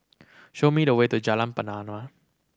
show me the way to Jalan Pernama